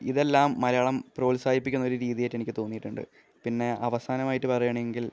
ഇതെല്ലാം മലയാളം പ്രോത്സാഹിപ്പിക്കുന്ന ഒരു രീതിയായിട്ട് എനിക്ക് തോന്നിയിട്ടുണ്ട് പിന്നെ അവസാനമായിട്ട് പറയുവാണെങ്കില്